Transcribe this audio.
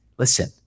Listen